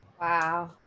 Wow